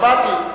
שמעתי.